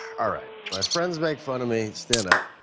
all right, my friends make fun of me, stand up.